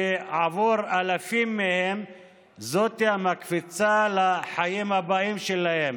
כי עבור אלפים מהם זו המקפצה לחיים הבאים שלהם,